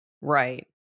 right